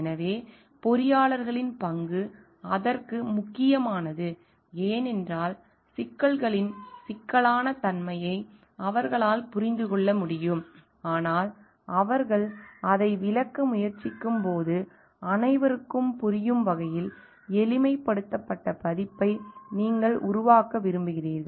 எனவே பொறியாளர்களின் பங்கு அதற்கு முக்கியமானது ஏனென்றால் சிக்கல்களின் சிக்கலான தன்மையை அவர்களால் புரிந்து கொள்ள முடியும் ஆனால் அவர்கள் அதை விளக்க முயற்சிக்கும் போது அனைவருக்கும் புரியும் வகையில் எளிமைப்படுத்தப்பட்ட பதிப்பை உருவாக்க விரும்புகிறார்கள்